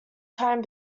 time